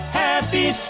happy